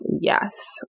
yes